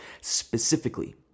specifically